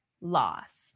loss